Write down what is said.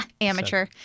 Amateur